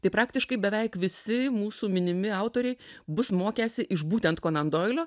tai praktiškai beveik visi mūsų minimi autoriai bus mokęsi iš būtent konan doilio